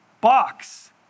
box